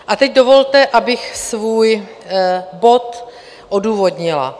A teď dovolte, abych svůj bod odůvodnila.